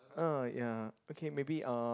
oh ya okay maybe uh